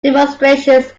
demonstrations